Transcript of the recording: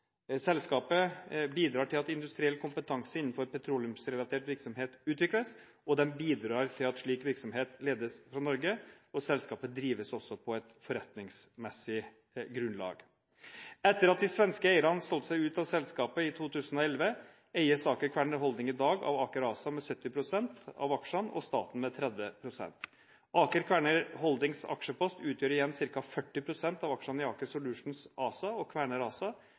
Selskapet bidrar til at industriell kompetanse innenfor petroleumsrelatert virksomhet utvikles, det bidrar til at slik virksomhet ledes fra Norge, og selskapet drives også på et forretningsmessig grunnlag. Etter at de svenske eierne solgte seg ut av selskapet i 2011, eies Aker Kværner Holding i dag av Aker ASA med 70 pst. av aksjene og staten med 30 pst. Aker Kværner Holdings aksjepost utgjør igjen ca. 40 pst. av aksjene i Aker Solutions ASA og Kværner ASA.